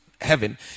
heaven